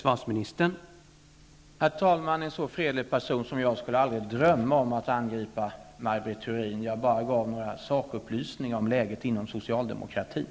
Herr talman! En så fredlig person som jag skulle aldrig drömma om att angripa Maj Britt Theorin. Jag bara gav några sakupplysningar om läget inom socialdemokratin.